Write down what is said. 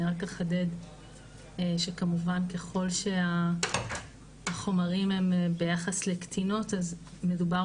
אני רק אחדד שכמובן ככל שהחומרים הם ביחס לקטינות אז מדובר